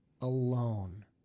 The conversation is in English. alone